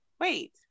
wait